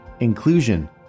Inclusion